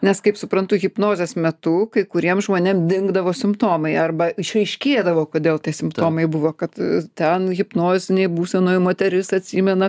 nes kaip suprantu hipnozės metu kai kuriem žmonėm dingdavo simptomai arba išryškėdavo kodėl tie simptomai buvo kad ten hipnozinėj būsenoj moteris atsimena